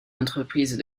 entreprise